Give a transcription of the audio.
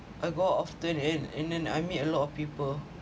I go out often and and then I meet a lot of people